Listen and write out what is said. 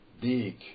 big